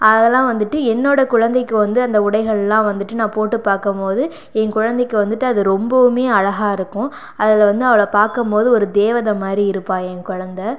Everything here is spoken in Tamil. அதெல்லாம் வந்துட்டு என்னோடய குழந்தைக்கு வந்து அந்த உடைகளெலாம் வந்துட்டு நான் போட்டு பார்க்கம்போது என் குழந்தைக்கு வந்துட்டு அது ரொம்பவுமே அழகாக இருக்கும் அதில் வந்து அவளை பார்க்கம் போது ஒரு தேவதை மாதிரி இருப்பா என் குழந்த